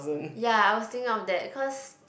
ya I was thinking of that cause